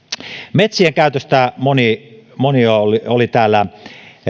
metsien käytöstä on moni täällä